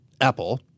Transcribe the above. Apple